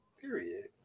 Period